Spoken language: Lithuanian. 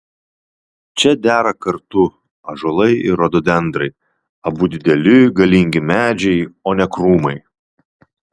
čia dera kartu ąžuolai ir rododendrai abu dideli galingi medžiai o ne krūmai